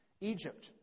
Egypt